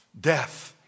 Death